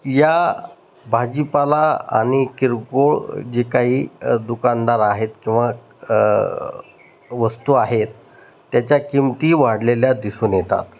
या भाजीपाला आणि किरकोळ जे काही दुकानदार आहेत किंवा वस्तू आहेत त्याच्या किमती वाढलेल्या दिसून येतात